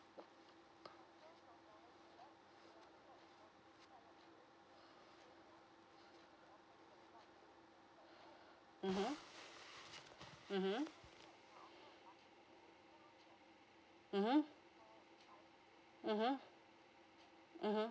mmhmm mmhmm mmhmm mmhmm mmhmm